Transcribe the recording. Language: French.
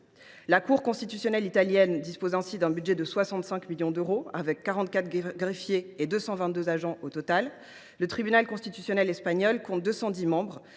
La Cour constitutionnelle italienne dispose ainsi d’un budget de 65 millions d’euros, avec 44 greffiers et 222 agents au total. Le Tribunal constitutionnel espagnol compte 210 agents,